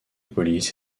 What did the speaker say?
police